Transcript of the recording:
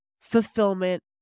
fulfillment